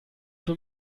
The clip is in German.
für